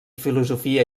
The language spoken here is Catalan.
filosofia